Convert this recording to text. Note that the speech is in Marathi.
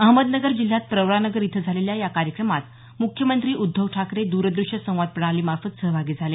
अहमदनगर जिल्ह्यात प्रवरानगर इथं झालेल्या या कार्यक्रमात मुख्यमंत्री उद्धव ठाकरे द्रदृश्य संवाद प्रणालीमार्फत सहभागी झाले